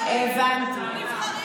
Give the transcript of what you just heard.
הבנתי.